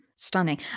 Stunning